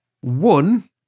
one